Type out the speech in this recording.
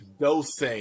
Dose